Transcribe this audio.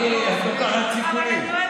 את לוקחת סיכונים.